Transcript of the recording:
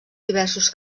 diversos